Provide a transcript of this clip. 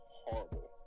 horrible